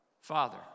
Father